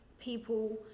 people